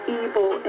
evil